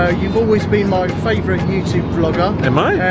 ah you've always been my favourite youtube vlogger. am i?